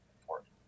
important